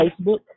Facebook